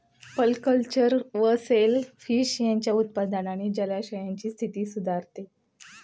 polyculture व shellfish यांच्या उत्पादनाने जलाशयांची स्थिती सुधारते